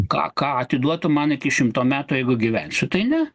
ką ką atiduotum man iki šimto metų jeigu gyvensiu tai ne